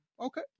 Okay